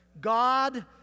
God